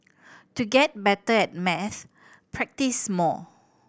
to get better at maths practise more